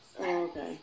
Okay